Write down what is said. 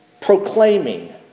proclaiming